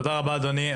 תודה רבה אדוני.